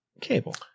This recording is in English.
cable